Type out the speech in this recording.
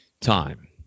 time